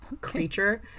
creature